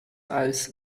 als